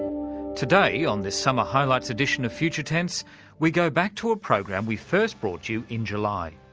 today on this summer highlights edition of future tense we go back to a programme we first brought you in july.